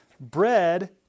bread